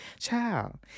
Child